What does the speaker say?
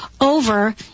over